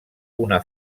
una